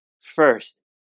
first